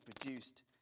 produced